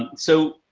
and so,